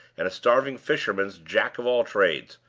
and a starving fisherman's jack-of-all-trades!